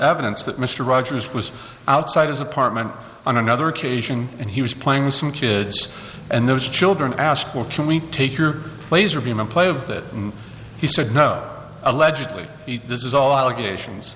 evidence that mr rogers was outside his apartment on another occasion and he was playing with some kids and those children ask where can we take your laser beam a plate of that and he said no allegedly this is all allegations